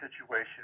situation